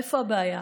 איפה הבעיה?